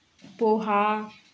पोहे